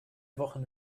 wochen